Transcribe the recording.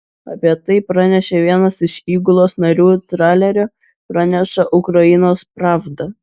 apie tai pranešė vienas iš įgulos narių tralerio praneša ukrainos pravda